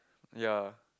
ya